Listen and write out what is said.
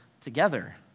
together